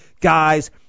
guys